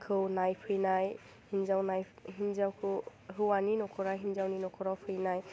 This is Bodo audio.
खौ नायफैनाय हिन्जाव हिन्जावखौ हौवानि न'खरा हिन्जावनि न'खराव फैनाय